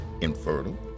infertile